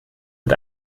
mit